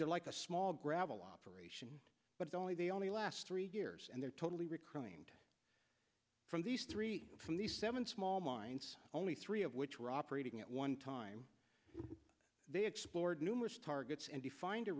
they're like a small gravel operation but they only they only last three years and they're totally rickrolling from these three from these seven small minds only three of which were operating at one time they explored numerous targets and to find a